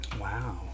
Wow